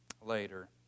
later